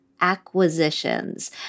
Acquisitions